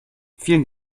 vielen